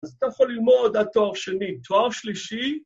‫אז אתה יכול ללמוד עד תואר שני. ‫תואר שלישי -